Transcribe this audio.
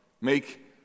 Make